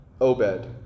Obed